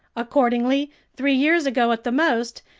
accordingly, three years ago at the most,